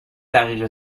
دقیقه